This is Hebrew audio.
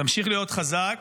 תמשיך להיות חזק,